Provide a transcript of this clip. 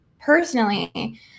personally